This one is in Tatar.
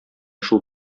шул